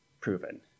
proven